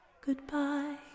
Goodbye